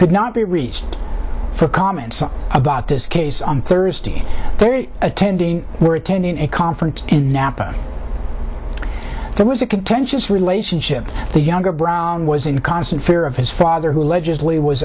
could not be reached for comment about this case on thursday they're attending were attending a conference in napa there was a contentious relationship the younger brown was in constant fear of his father who alleg